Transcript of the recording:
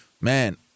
man